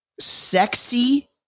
sexy